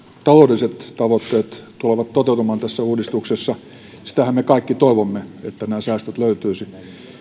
taloudelliset tavoitteet tulevat toteutumaan tässä uudistuksessa sitähän me kaikki toivomme että nämä säästöt löytyisivät